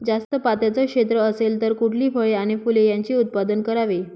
जास्त पात्याचं क्षेत्र असेल तर कुठली फळे आणि फूले यांचे उत्पादन करावे?